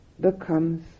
becomes